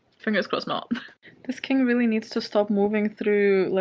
fingers crossed not this king really needs to stop moving through, like,